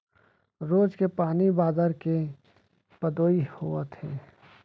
रोज के पानी बादर के पदोई होवत हे